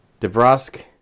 DeBrusque